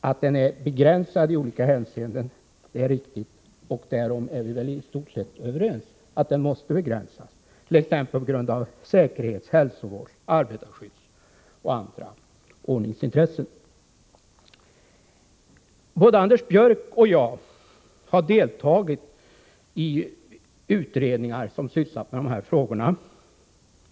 Att denna rätt är begränsad i olika hänseenden, det är riktigt, och vi är väl i stort sett överens om att det måste finnas sådana begränsningar — på grund av säkerhets-, hälsovårdsoch arbetarskyddsintressen, eller på grund av andra ordningsintressen. Både Anders Björck och jag har deltagit i utredningar som sysslat med dessa frågor.